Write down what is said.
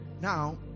Now